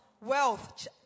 Wealth